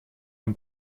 нам